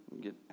Get